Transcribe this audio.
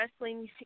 wrestling